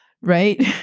right